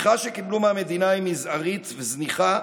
התמיכה שקיבלו מהמדינה היא מזערית וזניחה,